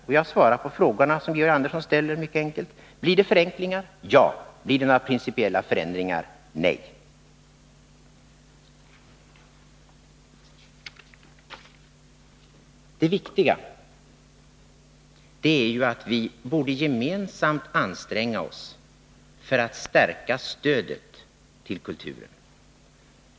Jag har svarat på de frågor som Georg Andersson har ställt: Blir det förenklingar? Ja. Blir det några principiella förändringar? Nej. Det viktiga är ju att vi gemensamt borde anstränga oss för att stärka stödet till kulturen.